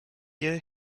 year